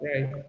Right